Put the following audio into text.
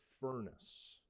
furnace